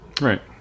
right